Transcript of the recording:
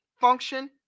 function